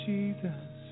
Jesus